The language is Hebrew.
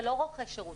אתה לא רוכש שירותים.